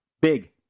Big